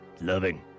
Loving